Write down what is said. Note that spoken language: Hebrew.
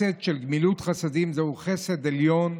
הערך של גמילות חסדים זהו ערך עליון,